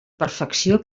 perfecció